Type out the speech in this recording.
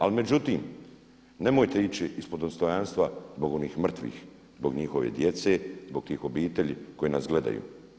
Ali međutim, nemojte ići ispod dostojanstva zbog onih mrtvih, zbog njihove djece, zbog tih obitelji koje nas gledaju.